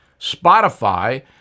Spotify